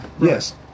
Yes